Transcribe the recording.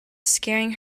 scaring